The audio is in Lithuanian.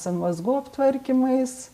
san mazgų aptvarkymais